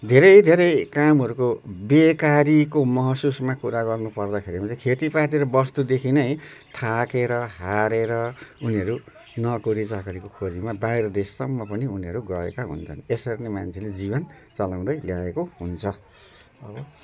धेरै धेरै कामहरूको बेकारीको महसुसमा कुरा गर्नु पर्दाखेरिमा चाहिँ खेतीपाती र वस्तुदेखि नै थाकेर हारेर उनीहरू नोकरी चाकरीको खोजीमा बाहिर देशसम्म पनि उनीहरू गएका हुन्छन् यसरी नै मान्छेले जीवन चलाउँदै ल्याएको हुन्छ